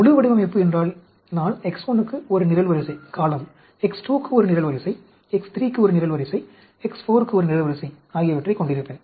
முழு வடிவமைப்பு என்றால் நான் X1 க்கு ஒரு நிரல்வரிசை X2 க்கு ஒரு நிரல்வரிசை X3 க்கு ஒரு நிரல்வரிசை X4 க்கு ஒரு நிரல்வரிசை ஆகியவற்றைக் கொண்டிருப்பேன்